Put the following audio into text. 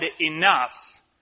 enough